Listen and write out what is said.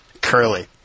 Curly